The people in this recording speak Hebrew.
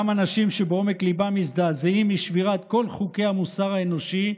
גם אנשים שבעומק ליבם מזדעזעים משבירת כל חוקי המוסר האנושי,